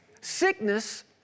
Sickness